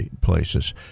places